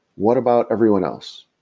what about everyone else,